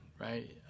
right